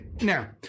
now